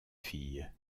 fille